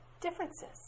differences